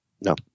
No